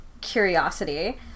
curiosity